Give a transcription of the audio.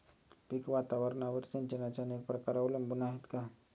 पीक वातावरणावर सिंचनाचे अनेक प्रकार अवलंबून आहेत का?